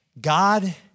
God